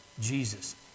Jesus